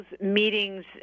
Meetings